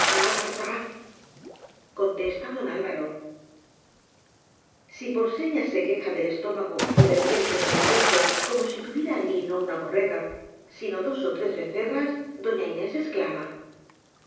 contesta don alvaro si por señas se queja del estómago ó del vientre que le muge como si tuviera allí no una borrega sino dos ó tres becerras doña inés exclama